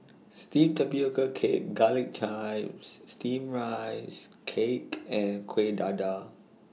Steamed Tapioca Cake Garlic Chives Steamed Rice Cake and Kuih Dadar